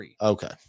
Okay